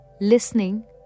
listening